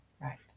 Right